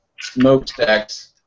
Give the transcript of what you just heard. smokestacks